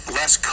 less